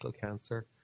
cancer